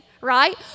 right